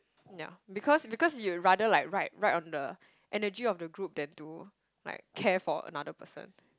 yeah because because you rather like ride ride on the energy of the group than to like care for another person